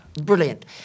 Brilliant